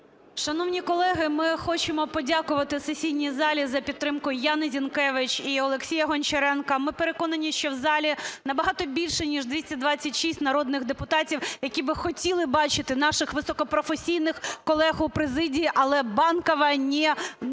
Шановні колеги, ми хочемо подякувати сесійній залі за підтримку Яни Зінкевич і Олексія Гончаренка. Ми переконані, що в залі набагато більше ніж 226 народних депутатів, які б хотіли бачити наших високопрофесійних колег у президії, але Банкова не дозволяє